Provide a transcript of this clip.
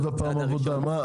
עוד פעם עבודה, מה?